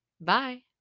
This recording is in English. Bye